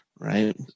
Right